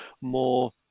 more